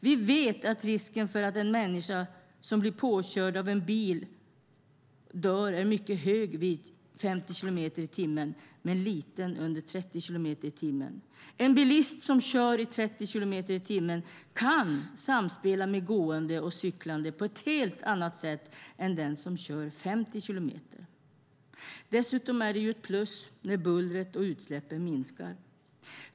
Vi vet att risken för att en människa som blir påkörd av en bil dör är mycket hög vid 50 kilometer i timmen men liten under 30 kilometer i timmen. En bilist som kör i 30 kilometer i timmen kan samspela med gående och cyklande på ett helt annat sätt än den som kör 50 kilometer i timmen. Dessutom är det ju ett plus när bullret och utsläppen minskar.